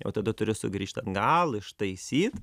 jau tada turi sugrįžt atgal ištaisyt